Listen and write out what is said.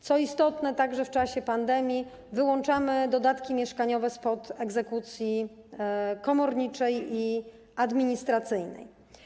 Co istotne, w czasie pandemii wyłączamy dodatki mieszkaniowe spod egzekucji komorniczej i administracyjnej.